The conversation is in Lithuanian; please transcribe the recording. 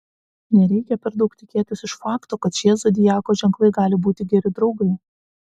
nereikia per daug tikėtis iš fakto kad šie zodiako ženklai gali būti geri draugai